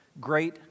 great